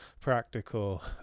practical